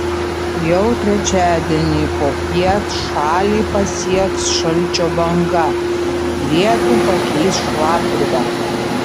jau trečiadienį popiet šalį pasieks šalčio banga lietų pakeis šlapdriba